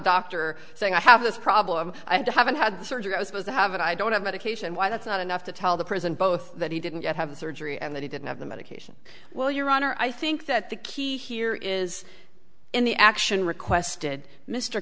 doctor saying i have this problem i haven't had the surgery i was supposed to have and i don't have medication why that's not enough to tell the person both that he didn't yet have the surgery and that he didn't have the medication well your honor i think that the key here is in the action requested mr